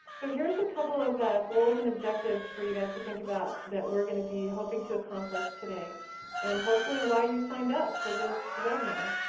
so here's a couple of goals and objectives for you guys to think about that we're gonna be hoping to accomplish today and hopefully, why you signed up for this webinar.